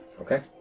Okay